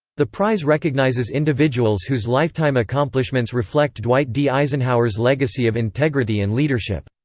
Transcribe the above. the prize recognizes individuals whose lifetime accomplishments reflect dwight d. eisenhower's legacy of integrity and leadership.